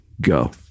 Go